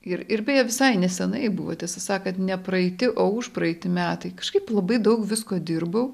ir ir beje visai nesenai buvo tiesą sakant ne praeiti o užpraeiti metai kažkaip labai daug visko dirbau